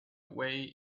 way